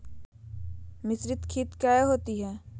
मिसरीत खित काया होती है?